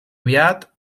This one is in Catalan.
aviat